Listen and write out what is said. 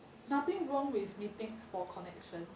nothing wrong with meeting for connections